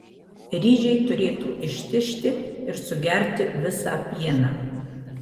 ryžiai turėtų ištižti ir sugerti visą pieną